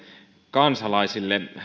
kansalaisille